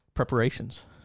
Preparations